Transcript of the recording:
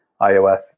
iOS